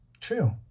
True